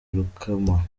rukoma